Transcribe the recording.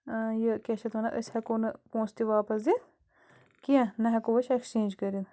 یہِ کیٛاہ چھِ اتھ وَنان أسۍ ہیٚکو نہٕ پۄنٛسہٕ تہِ واپس دِتھ کیٚنٛہہ نَہ ہیٚکو أسۍ ایٚکٕسچینٛج کٔرِتھ